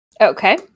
Okay